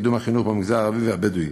לקידום החינוך במגזר הערבי ובמגזר הבדואי.